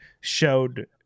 showed